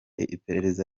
iperereza